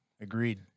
Agreed